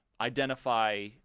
identify